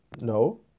No